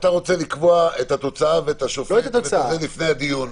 אתה רוצה לקבוע את התוצאה ואת השופט והכל לפני הדיון.